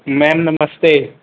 ma'am नमस्ते